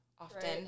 Often